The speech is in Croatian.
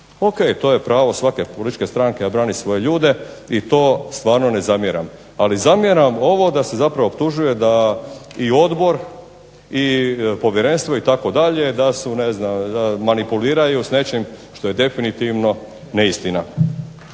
Ok, to je pravo svake političke stranke da brani svoje ljude, i to stvarno ne zamjeram, ali zamjeram ovo da se zapravo optužuje da i odbor i povjerenstvo itd., da su ne znam manipuliraju s nečim što je definitivno neistina.